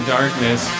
Darkness